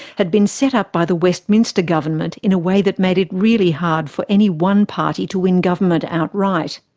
had been set up by the westminster government in a way that made it really hard for any one party to win government outright.